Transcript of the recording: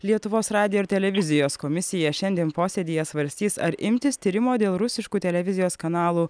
lietuvos radijo ir televizijos komisija šiandien posėdyje svarstys ar imtis tyrimo dėl rusiškų televizijos kanalų